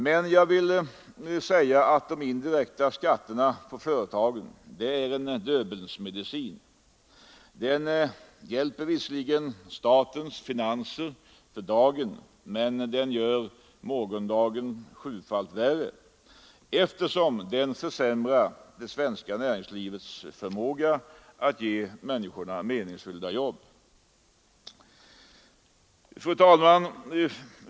Men de indirekta skatterna på företagen är en Döbelnsmedicin. Den hjälper statens finanser för dagen, men den gör morgondagen sjufalt värre, eftersom den försämrar det svenska näringslivets förmåga att ge människorna meningsfyllda jobb. Fru talman!